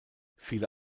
viele